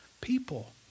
people